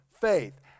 faith